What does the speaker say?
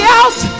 out